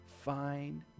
find